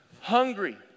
Hungry